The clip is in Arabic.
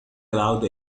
العودة